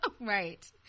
right